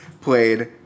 played